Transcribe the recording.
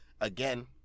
Again